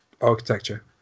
architecture